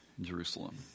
Jerusalem